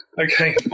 Okay